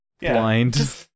blind